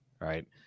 right